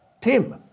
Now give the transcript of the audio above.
Tim